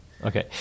Okay